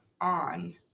on